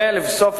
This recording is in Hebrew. ולבסוף,